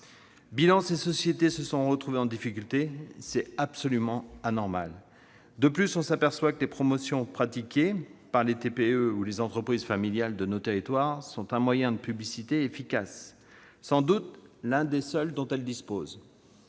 final, ces sociétés se sont retrouvées en difficulté, ce qui est absolument anormal. De plus, on s'aperçoit que les promotions pratiquées par les TPE ou par les entreprises familiales de nos territoires sont un moyen de publicité efficace, sans doute l'un des seuls dont elles disposent.